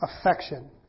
affection